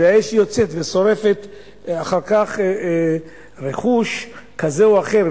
והאש יוצאת ושורפת אחר כך רכוש כזה או אחר,